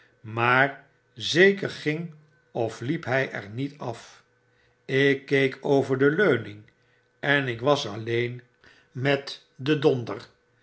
maar zeker ging of liep hy er niet af ik keek over de leuning en ik was alleen met den donder